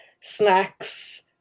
snacks